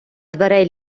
дверей